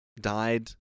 died